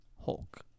Hulk